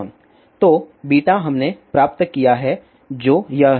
तो β हमने प्राप्त किया है जो यह है